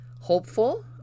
hopeful